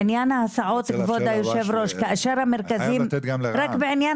בעניין ההסעות אחת הבעיות